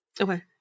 Okay